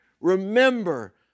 remember